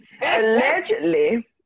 Allegedly